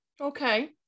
Okay